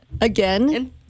Again